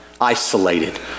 Isolated